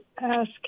ask